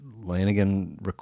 Lanigan